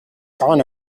gone